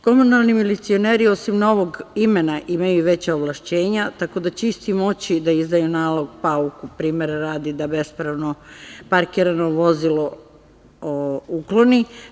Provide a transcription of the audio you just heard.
Komunalni milicioneri osim novog imena imaju veća ovlašćenja, tako da će isti moći da izdaju nalog pauku, primera radi da bespravno parkirano vozilo ukloni.